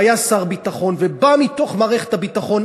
והיה שר ביטחון ובא מתוך מערכת הביטחון,